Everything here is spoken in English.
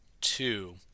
Two